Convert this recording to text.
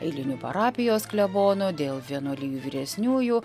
eilinių parapijos klebonų dėl vienuolijų vyresniųjų